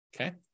Okay